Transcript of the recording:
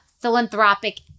philanthropic